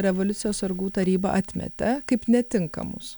revoliucijos sargų taryba atmetė kaip netinkamus